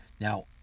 Now